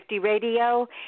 Radio